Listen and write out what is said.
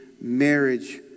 marriage